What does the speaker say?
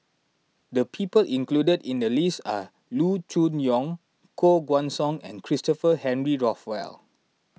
the people included in the list are Loo Choon Yong Koh Guan Song and Christopher Henry Rothwell